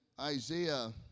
Isaiah